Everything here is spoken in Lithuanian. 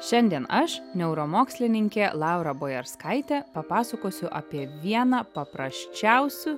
šiandien aš neuromokslininkė laura bojarskaitė papasakosiu apie vieną paprasčiausių